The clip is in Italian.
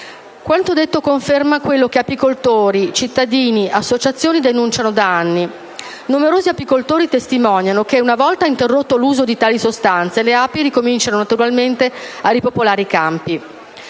Quanto detto conferma quello che apicoltori, cittadini e associazioni denunciano da anni. Numerosi apicoltori testimoniano che, una volta interrotto l'uso di tali sostanze, le api ricominciano naturalmente a ripopolare i campi.